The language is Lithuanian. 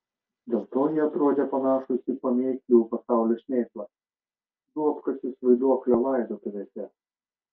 dėl to jie atrodė panašūs į pamėklių pasaulio šmėklas duobkasius vaiduoklio laidotuvėse